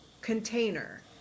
container